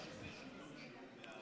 יש שינוי בשנים האחרונות.